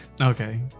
okay